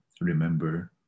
remember